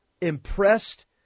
impressed